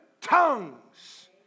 tongues